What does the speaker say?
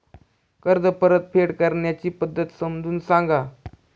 कर्ज परतफेड करण्याच्या पद्धती समजून सांगा